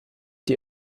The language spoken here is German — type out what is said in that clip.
die